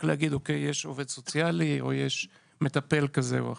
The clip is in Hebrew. להגיד שיש עובד סוציאלי או יש מטפל כזה או אחר.